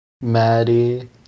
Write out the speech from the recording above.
Maddie